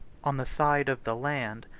on the side of the land,